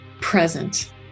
present